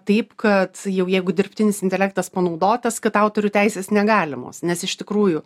taip kad jau jeigu dirbtinis intelektas panaudotas kad autorių teisės negalimos nes iš tikrųjų